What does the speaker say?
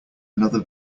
another